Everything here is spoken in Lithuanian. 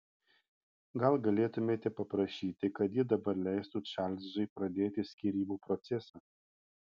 gal galėtumėte paprašyti kad ji dabar leistų čarlzui pradėti skyrybų procesą